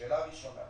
שאלה ראשונה,